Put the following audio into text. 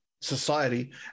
society